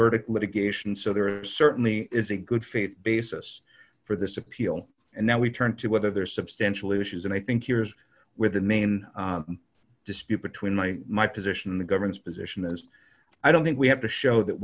verdict litigation so there certainly is a good faith basis for this appeal and now we turn to whether there are substantial issues and i think yours where the main dispute between my my position and the government's position is i don't think we have to show that